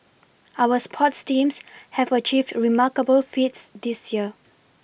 our sports teams have achieved remarkable feats this year